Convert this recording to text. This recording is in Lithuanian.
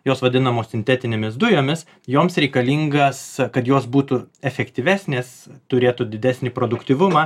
jos vadinamos sintetinėmis dujomis joms reikalingas kad jos būtų efektyvesnės turėtų didesnį produktyvumą